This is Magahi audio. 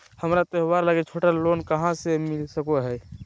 हमरा त्योहार लागि छोटा लोन कहाँ से मिल सको हइ?